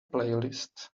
playlist